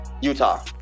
Utah